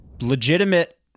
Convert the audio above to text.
legitimate